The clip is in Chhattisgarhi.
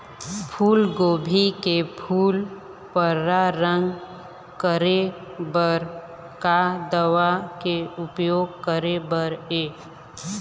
फूलगोभी के फूल पर्रा रंग करे बर का दवा के उपयोग करे बर ये?